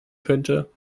könnte